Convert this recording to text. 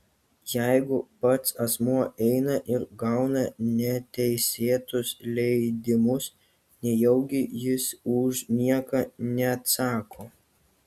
jeigu pats asmuo eina ir gauna neteisėtus leidimus nejaugi jis už nieką neatsako